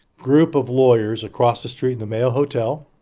group of lawyers across the street in the mayo hotel,